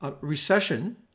recession